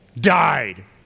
died